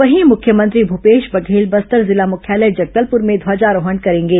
वहीं मुख्यमंत्री भूपेश बघेल बस्तर जिला मुख्यालय जगदलपुर में ध्वजारोहण करेंगे